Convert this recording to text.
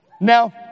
Now